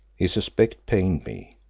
his aspect pained me,